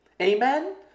Amen